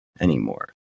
anymore